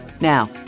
Now